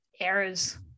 errors